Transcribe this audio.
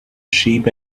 sheep